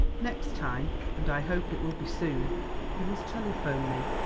next time and i hope it will be soon you must telephone me.